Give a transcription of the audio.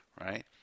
right